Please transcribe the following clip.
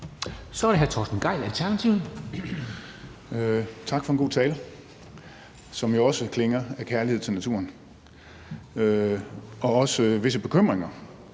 Kl. 11:04 Torsten Gejl (ALT): Tak for en god tale, som også klinger af kærlighed til naturen og også af visse bekymringer,